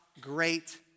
great